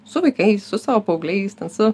su vaikais su savo paaugliais ten su